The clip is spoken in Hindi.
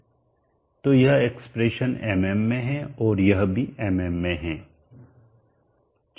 तो यह एक्सप्रेशन एमएम में और यह भी एमएम में है